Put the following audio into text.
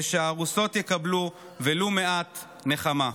ושהארוסות יקבלו ולו מעט נחמה.